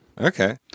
okay